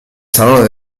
salone